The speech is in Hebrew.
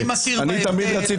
אני תמיד רציתי